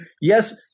yes